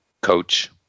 coach